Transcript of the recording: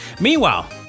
Meanwhile